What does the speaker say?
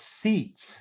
seats